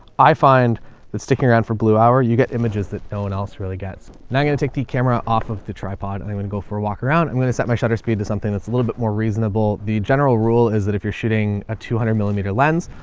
i find that sticking around for blue hour, you get images that no one else really gets. now i'm going to take the camera off of the tripod and i'm going to go for a walk around. i'm going to set my shutter speed to something that's a little bit more reasonable. the general rule is that if you're shooting a two hundred millimeter lens,